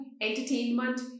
entertainment